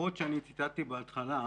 הדוחות שאני ציטטתי בהתחלה,